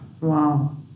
Wow